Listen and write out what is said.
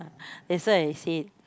that's why I said